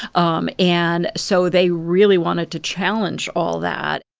um and so they really wanted to challenge all that.